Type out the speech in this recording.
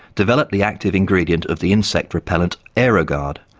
developed the active ingredient of the insect repellent aerogard,